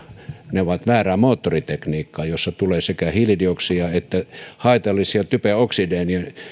ne ovat väärää moottoritekniikkaa jossa tulee sekä hiilidioksidia että haitallisia typen oksideja niin